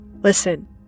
Listen